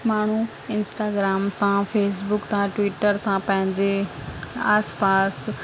माण्हू इंस्टाग्राम था फ़ेसबुक था ट्विटर था पंहिंजे आसिपासि